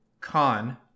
Con